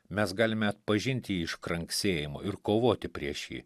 mes galime atpažinti jį iš kranksėjimo ir kovoti prieš jį